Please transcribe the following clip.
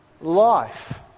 life